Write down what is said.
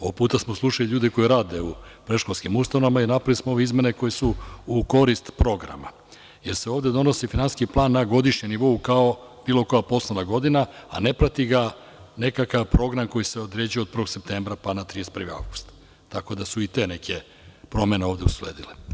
Ovog puta smo slušali ljude koji rade u predškolskim ustanovama i napravili smo ove izmene koje su u korist programa, jer se ovde donosi finansijski plan na godišnjem nivou kao bilo koja poslovna godina, a ne prati ga nekakav program koji se određuje od 1. septembra pa na 31. avgust, tako da su i te neke promene ovde usledile.